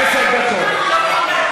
עשר דקות.